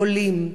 עולים,